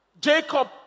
Jacob